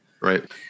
Right